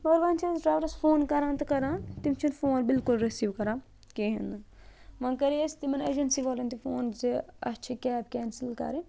مگر وۄنۍ چھِ أسۍ ڈرٛایورَس فون کَران تہٕ کَران تِم چھِنہٕ فون بِلکُل رِسیٖو کَران کِہیٖنۍ نہٕ وۄنۍ کَرے اَسہِ تِمَن اٮ۪جَنسی والٮ۪ن تہِ فون زِ اَسہِ چھِ کیب کٮ۪نسٕل کَرٕنۍ